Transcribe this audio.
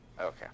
okay